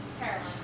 Caroline